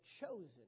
chosen